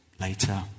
later